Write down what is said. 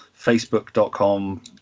Facebook.com